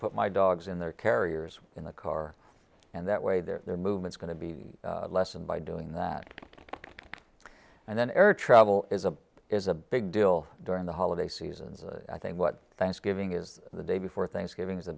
put my dogs in their carriers in the car and that way their movements going to be lessened by doing that and then air travel is a is a big deal during the holiday season i think what thanksgiving is the day before thanksgiving is the